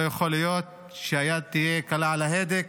לא יכול להיות שהיד תהיה קלה על ההדק,